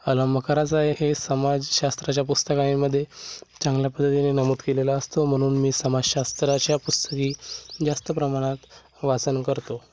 अवलंब करायचं आहे हे समाजशास्त्राच्या पुस्तकामध्ये चांगल्या पद्धतीने नमूद केलेला असतो म्हणून मी समाजशास्त्राच्या पुस्तके जास्त प्रमाणात वाचन करतो